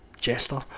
Jester